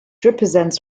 represents